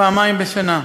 פעמיים בשנה.